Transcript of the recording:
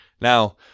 Now